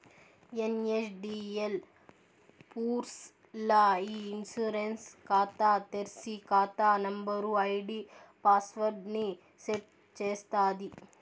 NSDL పూర్స్ ల్ల ఇ ఇన్సూరెన్స్ కాతా తెర్సి, కాతా నంబరు, ఐడీ పాస్వర్డ్ ని సెట్ చేస్తాది